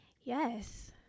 Yes